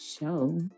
show